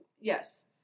yes